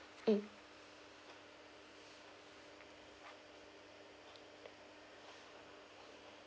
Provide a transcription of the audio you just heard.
mm